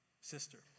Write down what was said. Sister